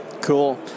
Cool